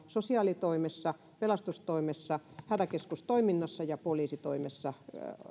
sosiaalitoimessa pelastustoimessa hätäkeskustoiminnassa ja poliisitoimessa